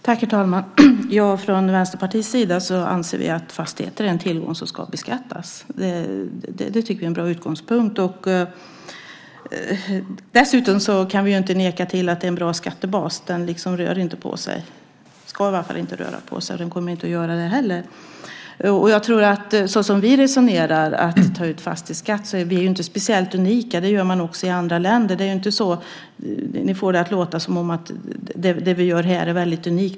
Herr talman! Från Vänsterpartiets sida anser vi att fastigheter är en tillgång som ska beskattas. Det tycker vi är en bra utgångspunkt. Dessutom kan vi inte neka till att det är en bra skattebas. Den rör inte på sig. Den ska i varje fall inte röra på sig, och den kommer inte att göra det heller. Såsom vi resonerar när det gäller att ta ut fastighetsskatt är vi inte speciellt unika. Det gör man också i andra länder. Ni får det att låta som om det som vi gör här är väldigt unikt.